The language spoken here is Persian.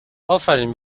آفرین